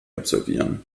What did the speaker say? absolvieren